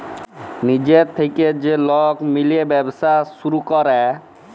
লিজের থ্যাইকে যে লক মিলে ব্যবছা ছুরু ক্যরে